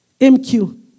MQ